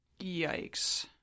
Yikes